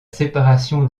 séparation